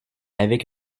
avec